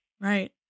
Right